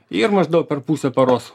ir maždaug per pusę paros